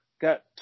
got